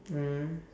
mm